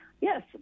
yes